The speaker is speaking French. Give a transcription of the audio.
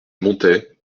montais